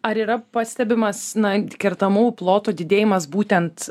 ar yra pastebimas na kertamų plotų didėjimas būtent